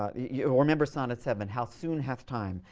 ah you remember sonnet seven, how soon hath time,